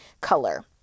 color